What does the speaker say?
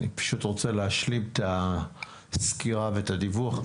רוצה להשלים את הסקירה והדיווח,